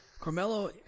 Carmelo